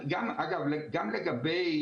גם לגבי